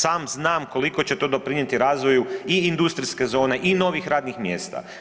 Sam znam koliko će to doprinijeti razvoju i industrijske zone i novih radnih mjesta.